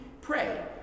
pray